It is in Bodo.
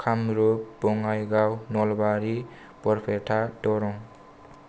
कामरुप बङाइगाव नलबारि बरपेटा दरं